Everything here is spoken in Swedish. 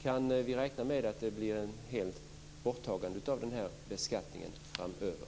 Kan vi räkna med ett helt borttagande av den här beskattningen framöver?